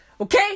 Okay